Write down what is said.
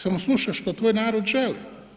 Samo slušaš šta tvoj narod želi.